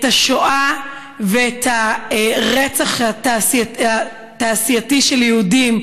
את השואה ואת הרצח התעשייתי של יהודים,